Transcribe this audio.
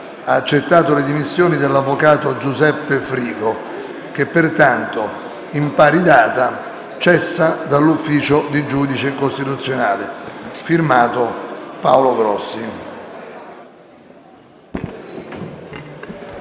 ha accettato le dimissioni dell'avvocato Giuseppe FRIGO che, pertanto, in pari data cessa dall'ufficio di Giudice costituzionale. *F.to* Paolo Grossi».